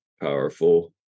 powerful